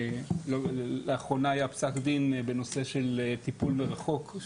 לאחרונה היה פסק דין בנושא של טיפול מרחוק,